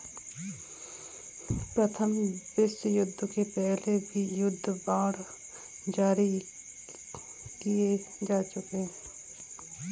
प्रथम विश्वयुद्ध के पहले भी युद्ध बांड जारी किए जा चुके हैं